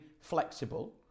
flexible